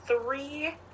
three